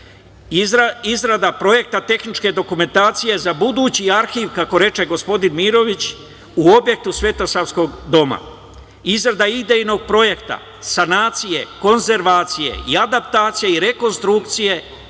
izrada projekta tehničke dokumentacije za budući arhiv, kako reče gospodin Mirović, u objektu Svetosavkog doma, izrada idejnog projekta sanacije, konzervacije i adaptacije i rekonstrukcije